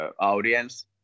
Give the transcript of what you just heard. audience